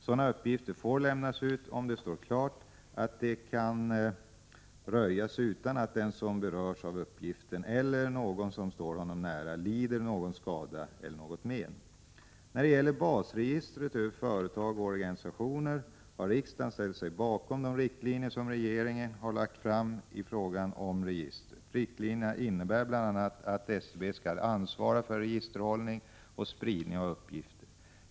Sådana uppgifter får lämnas ut, om det står klart att de kan röjas utan att den som berörs av uppgiften — eller någon som står honom nära — lider någon skada eller något men. När det gäller basregistret över företag och organisationer har riksdagen ställt sig bakom de riktlinjer som regeringen har lagt fram i fråga om registret . Riktlinjerna innebär bl.a. att SCB skall ansvara för registerhållning och spridning av uppgifter.